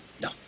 No